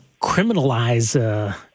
criminalize